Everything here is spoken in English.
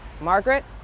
Margaret